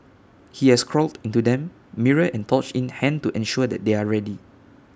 he has crawled into them mirror and torch in hand to ensure that they are ready